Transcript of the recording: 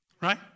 Right